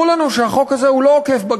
אמרו לנו שהחוק הזה הוא לא עוקף-בג"ץ.